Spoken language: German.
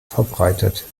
verbreitet